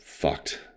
fucked